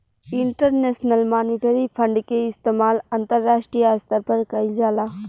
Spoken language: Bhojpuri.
इंटरनेशनल मॉनिटरी फंड के इस्तमाल अंतरराष्ट्रीय स्तर पर कईल जाला